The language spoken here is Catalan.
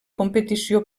competició